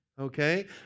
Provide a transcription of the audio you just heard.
okay